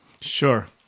Sure